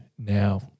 Now